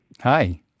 Hi